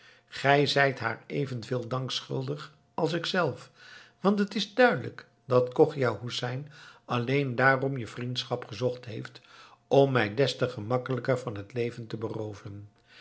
gij zijt haar even veel dank schuldig als ik zelf want het is duidelijk dat chogia hoesein alleen daarom je vriendschap gezocht heeft om mij des te gemakkelijker van het leven te berooven